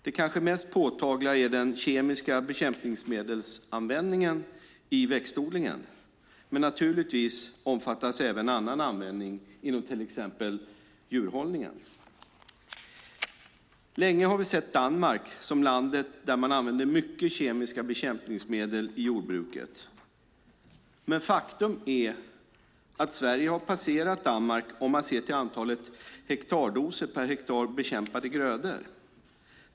Det kanske mest påtagliga är den kemiska bekämpningsmedelsanvändningen i växtodlingen, men naturligtvis omfattas även annan användning inom till exempel djurhållningen. Länge har vi sett Danmark som landet där man använder mycket kemiska bekämpningsmedel i jordbruket. Men faktum är att Sverige har passerat Danmark om man ser till antal hektardoser per hektar bekämpade grödor.